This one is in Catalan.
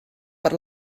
per